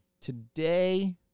Today